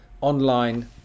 online